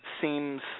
seems